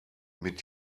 mit